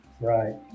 Right